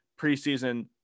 preseason